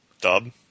Dub